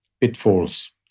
pitfalls